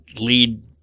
lead